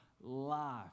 life